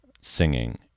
singing